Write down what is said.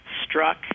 Struck